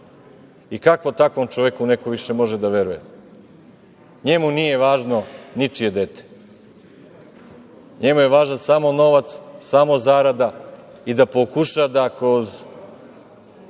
Kako takvom čoveku neko više može da veruje? Njemu nije važni ničije dete. Njemu je važan samo novac, samo zarada i da pokuša da kroz